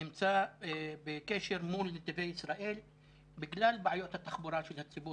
נמצא בקשר מול נתיבי ישראל בגלל בעיות התחבורה של הציבור